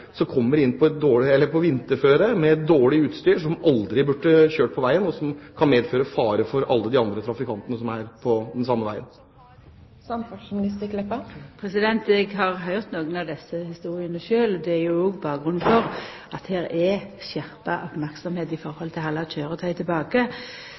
på vinterføre med dårlig utstyr. De burde aldri kjørt på veien, siden det kan medføre en fare for alle de andre trafikantene som er på den samme veien. Eg har høyrt nokre av desse historiene sjølv. Det er jo òg bakgrunnen for at det er skjerpa merksemd i